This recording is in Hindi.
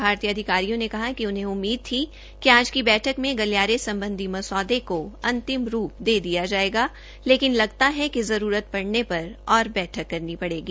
भारतीय अधिकारियों ने कहा कि उन्हें उममीद थी कि आज की बैठक मे गलियारे सम्बधी मसौदे को अंतिम रूप दिया जायेगा लेकिन लगता है कि जरूरत पड़ने पर और बैठक करनी पड़ेगी